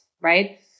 Right